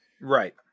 right